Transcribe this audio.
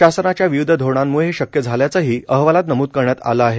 शासनाच्या विविध धोरणाम्ळे हे शक्य झाल्याचेही अहवालात नमूद करण्यात आले आहे